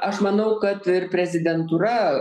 aš manau kad ir prezidentūra